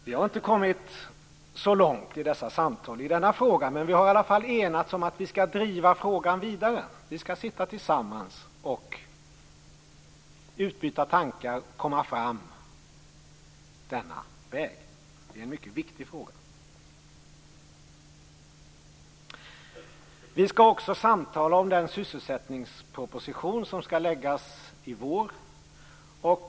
Vi har i dessa samtal inte kommit så långt i denna fråga, men vi har i alla fall enats om att vi skall driva frågan vidare. Vi skall sitta tillsammans och utbyta tankar, och vi skall komma fram denna väg. Det är en mycket viktig fråga. Vi skall också samtala om den sysselsättningsproposition som skall läggas i vår.